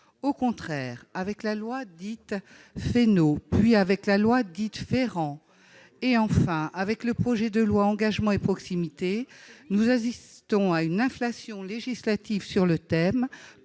Au contraire, avec la loi dite Fesneau, puis avec la loi dite Ferrand, et enfin avec le projet de loi Engagement et proximité, nous assistons à une inflation législative sur le thème,